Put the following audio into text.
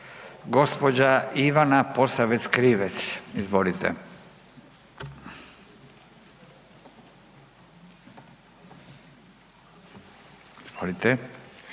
Gospođa Ivana Posavec Krivec, izvolite. Izvolite.